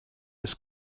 ist